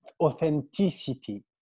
authenticity